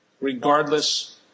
regardless